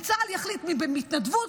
וצה"ל יחליט מי בהתנדבות,